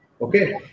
Okay